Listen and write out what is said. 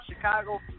Chicago